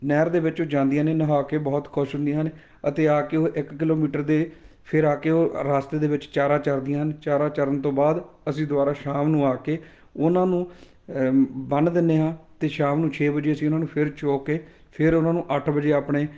ਨਹਿਰ ਦੇ ਵਿੱਚੋਂ ਜਾਂਦੀਆਂ ਨੇ ਨਹਾ ਕੇ ਬਹੁਤ ਖੁਸ਼ ਹੁੰਦੀਆਂ ਹਨ ਅਤੇ ਆ ਕੇ ਉਹ ਇਕ ਕਿੱਲੋਮੀਟਰ ਦੇ ਫਿਰ ਆ ਕੇ ਉਹ ਰਸਤੇ ਦੇ ਵਿੱਚ ਚਾਰਾ ਚਰਦੀਆਂ ਹਨ ਚਾਰਾ ਚਰਨ ਤੋਂ ਬਾਅਦ ਅਸੀਂ ਦੁਬਾਰਾ ਸ਼ਾਮ ਨੂੰ ਆ ਕੇ ਉਹਨਾਂ ਨੂੰ ਬੰਨ ਦਿੰਦੇ ਹਾਂ ਅਤੇ ਸ਼ਾਮ ਨੂੰ ਛੇ ਵਜੇ ਅਸੀਂ ਉਹਨਾਂ ਨੂੰ ਫਿਰ ਚੋ ਕੇ ਫਿਰ ਉਹਨਾਂ ਨੂੰ ਅੱਠ ਵਜੇ ਆਪਣੇ